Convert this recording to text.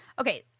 okay